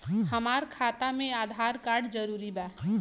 हमार खाता में आधार कार्ड जरूरी बा?